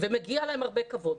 ומגיע להם הרבה כבוד.